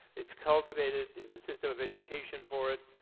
it's cultivated, there's a system of education for it.